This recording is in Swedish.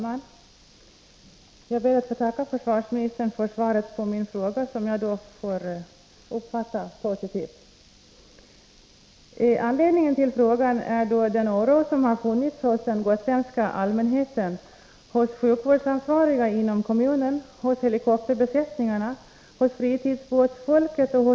Av självklara, geografiska skäl är Gotland särskilt beroende av helikopter för såväl räddningsuppdrag som för akuttransporter till specialkliniker på fastlandet.